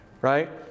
right